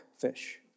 fish